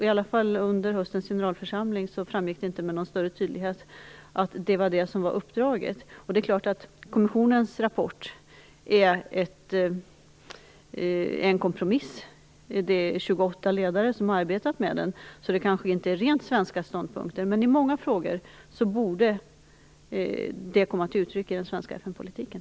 I alla fall under höstens generalförsamling framgick det inte med någon större tydlighet att det var det som var uppdraget. Det är klart att kommissionens rapport är en kompromiss. Det är 28 ledare som har arbetat med den, så det kanske inte är rent svenska ståndpunkter. Men i många frågor borde detta komma till uttryck i den svenska FN-politiken.